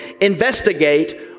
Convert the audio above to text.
investigate